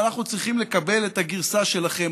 ואנחנו צריכים לקבל את הגרסה שלכם.